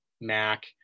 Mac